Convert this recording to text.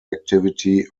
activity